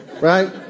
right